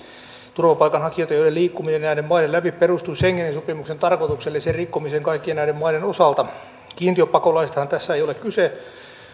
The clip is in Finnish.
turvapaikanhakijoita joiden liikkuminen näiden maiden läpi perustuu schengenin sopimuksen tarkoitukselliseen rikkomiseen kaikkien näiden maiden osalta kiintiöpakolaisistahan tässä ei ole kyse